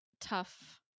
tough